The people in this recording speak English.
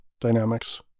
dynamics